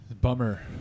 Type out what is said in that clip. Bummer